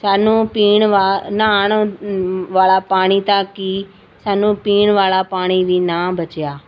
ਸਾਨੂੰ ਪੀਣ ਵਾ ਨਹਾਉਣ ਵਾਲਾ ਪਾਣੀ ਤਾਂ ਕੀ ਸਾਨੂੰ ਪੀਣ ਵਾਲਾ ਪਾਣੀ ਵੀ ਨਾ ਬਚਿਆ